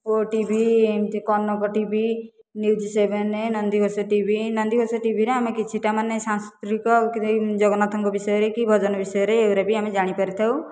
OTV ଏମିତି Kanak TV news seven Nandighosh TV Nandighosh ଟିଭିରେ ଆମେ କିଛିଟା ମାନେ ସାଂସ୍କୃତିକ ଜଗନ୍ନାଥଙ୍କ ବିଷୟରେ କି ଭଜନ ବିଷୟରେ ଏଗୁଡ଼ା ବି ଆମେ ଜାଣିପାରିଥାଉ